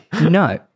No